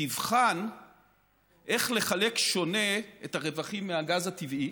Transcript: שתבחן איך לחלק שונה את הרווחים מהגז הטבעי